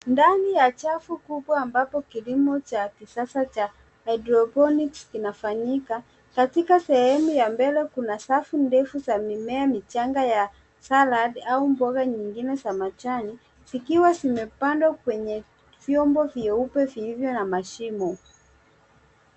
Ndani ya chafu kubwa ambapo kilimo cha kisasa cha hydroponics kinafanyika, katika sehemu ya mbele kuna safu ndefu za mimea michanga ya salad , au mboga nyingine za majani, zikiwa zimepandwa kwenye vyombo vyeupe vilivyo na mashimo.